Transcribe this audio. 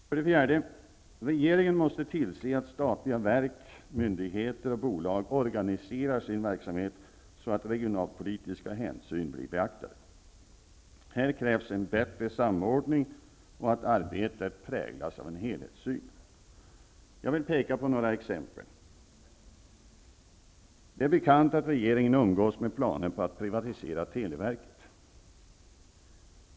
För det fjärde: Regeringen måste tillse att statliga verk, myndigheter och bolag organiserar sin verksamhet så att regionalpolitiska hänsyn blir beaktade. Här krävs att det sker en bättre samordning och att arbetet präglas av en helhetssyn. Jag vill peka på några exempel. Det är bekant att regeringen umgås med planer på att privatisera televerket.